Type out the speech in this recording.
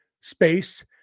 space